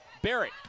Barrett